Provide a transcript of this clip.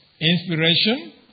inspiration